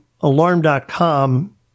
Alarm.com